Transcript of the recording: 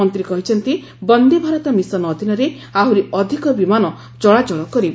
ମନ୍ତ୍ରୀ କହିଛନ୍ତି ବନ୍ଦେ ଭାରତ ମିଶନ ଅଧୀନରେ ଆହୁରି ଅଧ୍ୟକ ବିମାନ ଚଳାଚଳ କରିବ